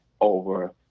over